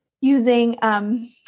using